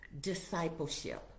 discipleship